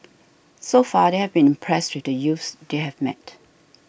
so far they have been impressed with the youths they have met